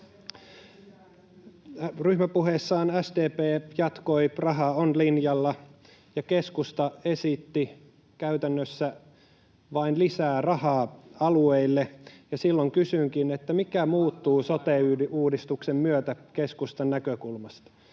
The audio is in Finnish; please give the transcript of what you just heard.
Ryhmäpuheessaan SDP jatkoi rahaa on -linjalla, ja keskusta esitti käytännössä vain lisää rahaa alueille, ja silloin kysynkin: mikä muuttui sote-uudistuksen myötä keskustan näkökulmasta?